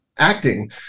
Acting